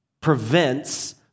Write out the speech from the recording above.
prevents